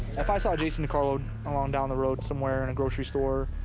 if i saw jason decarlo along down the road somewhere, in a grocery store,